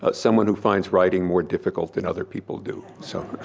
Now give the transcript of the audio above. ah someone who finds writing more difficult than other people do. so